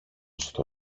στο